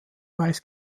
weiß